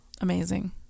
Amazing